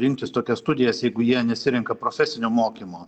rinktis tokias studijas jeigu jie nesirenka profesinio mokymo